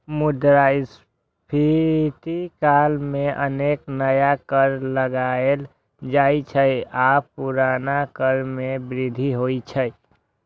मुद्रास्फीति काल मे अनेक नया कर लगाएल जाइ छै आ पुरना कर मे वृद्धि होइ छै